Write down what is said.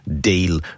deal